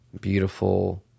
beautiful